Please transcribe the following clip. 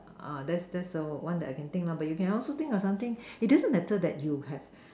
that's that's the one I can think lah it doesn't matter that you have